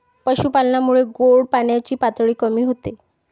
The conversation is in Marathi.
पशुपालनामुळे गोड पाण्याची पातळी कमी होते